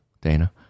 dana